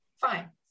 fine